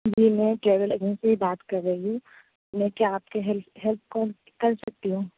جی میں travel agency سے بات کر رہی ہوں میں کیا آپ کے ہیلپ ہیلپ کون کر سکتی ہوں